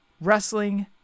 Wrestling